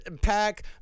pack